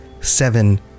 seven